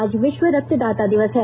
आज विष्व रक्तदाता दिवस है